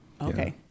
Okay